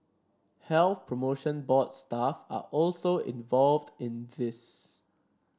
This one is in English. Health Promotion Board staff are also involved in this